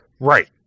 Right